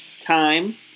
time